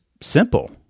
simple